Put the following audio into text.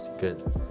good